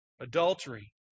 adultery